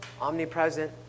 omnipresent